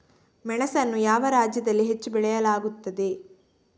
ಮೆಣಸನ್ನು ಯಾವ ರಾಜ್ಯದಲ್ಲಿ ಹೆಚ್ಚು ಬೆಳೆಯಲಾಗುತ್ತದೆ?